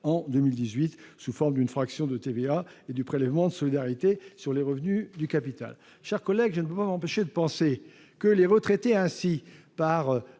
en 2018 sous forme d'une fraction de TVA et du prélèvement de solidarité sur les revenus du capital. Mes chers collègues, je ne peux m'empêcher de penser que les retraités, par